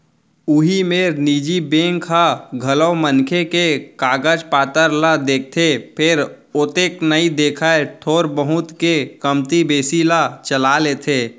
उही मेर निजी बेंक ह घलौ मनखे के कागज पातर ल देखथे फेर ओतेक नइ देखय थोर बहुत के कमती बेसी ल चला लेथे